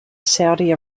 saudi